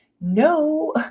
no